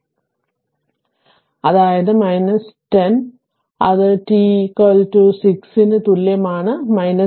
അനോ റിത്തിംഗ് 6 ന് തുല്യമാണ് അതായത് 10 അത് ടി ടി 6 ന് തുല്യമാണ് 10